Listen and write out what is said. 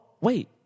wait